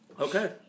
Okay